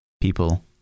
People